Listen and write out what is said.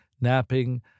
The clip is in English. napping